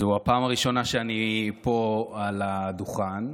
זאת הפעם הראשונה שאני פה, על הדוכן.